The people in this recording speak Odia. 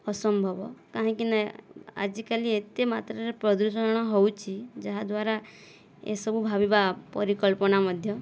ଅସମ୍ଭବ କାହିଁକି ନା ଆଜିକାଲି ଏତେ ମାତ୍ରାରେ ପ୍ରଦୂଷଣ ହେଉଛି ଯାହାଦ୍ୱାରା ଏସବୁ ଭାବିବା ପରିକଳ୍ପନା ମଧ୍ୟ